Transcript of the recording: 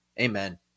amen